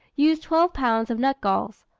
use twelve lbs. of nut-galls,